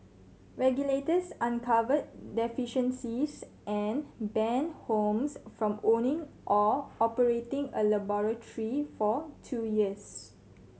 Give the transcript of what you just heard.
regulators uncovered deficiencies and banned Holmes from owning or operating a laboratory for two years